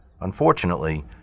Unfortunately